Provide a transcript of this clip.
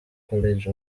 college